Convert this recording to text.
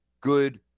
good